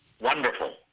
Wonderful